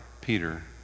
Peter